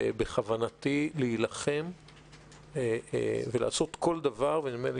בכוונתי להילחם ולעשות כל דבר ונדמה לי